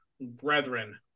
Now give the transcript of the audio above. Brethren